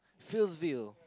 Fieldsville